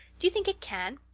do you think it can?